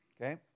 okay